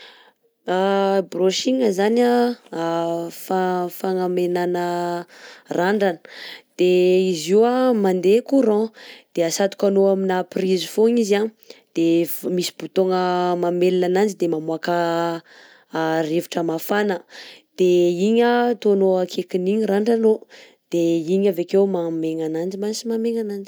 Brushing zany a fagnamegnana randrana de izy io an mandeha courant, de atsatokanao amina prise fogna izy de misy bouton mamelogna ananjy de mamoaka rivotra mafana de igny ataonao akekin'igny randranao de igny avekeo mahamegna ananjy mbany tsy mahamegna ananjy.